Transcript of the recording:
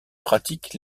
pratiquent